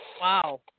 Wow